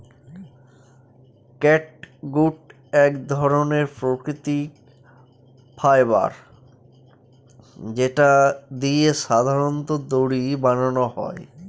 catgut এক ধরনের প্রাকৃতিক ফাইবার যেটা দিয়ে সাধারনত দড়ি বানানো হয়